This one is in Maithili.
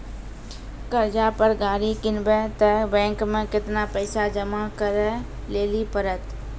कर्जा पर गाड़ी किनबै तऽ बैंक मे केतना पैसा जमा करे लेली पड़त?